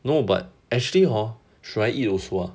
no but actually hor should I eat also ah